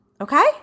okay